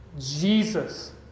Jesus